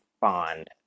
fond